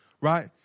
right